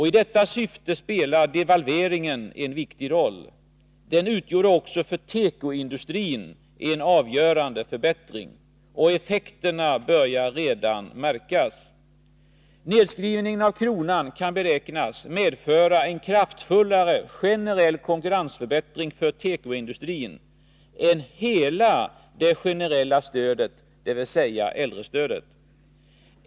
I detta syfte spelar devalveringen en viktig roll. Den utgjorde också för tekoindustrin en avgörande förbättring. Effekterna börjar redan märkas. Nedskrivningen av kronan kan beräknas medföra en kraftfullare generell konkurrensförbättring för tekoindustrin än hela det generella stödet, dvs. äldrestödet.